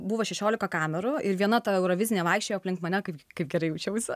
buvo šešiolika kamerų ir viena ta eurovizinė vaikščiojo aplink mane kaip kaip gerai jaučiausi